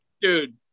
Dude